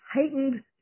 heightened